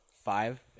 Five